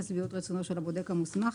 לשביעות רצונו של הבודק המוסמך,